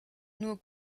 nur